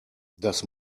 das